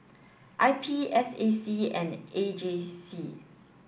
I P S A C and A G C